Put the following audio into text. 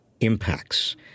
impacts